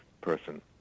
person